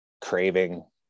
craving